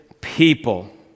people